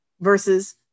Versus